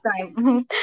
time